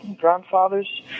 grandfathers